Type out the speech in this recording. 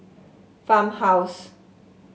Farmhouse